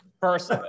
First